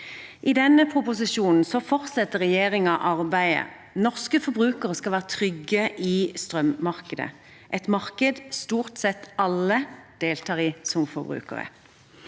I denne proposisjonen fortsetter regjeringen arbeidet. Norske forbrukere skal være trygge i strømmarkedet, et marked stort sett alle deltar i som forbrukere.